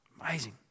Amazing